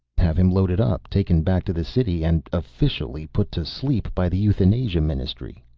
have him loaded up, taken back to the city and officially put to sleep by the euthanasia ministry.